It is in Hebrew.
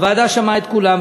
הוועדה שמעה את כולם,